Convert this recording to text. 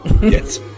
Yes